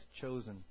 chosen